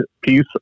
piece